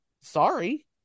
Sorry